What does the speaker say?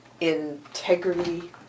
integrity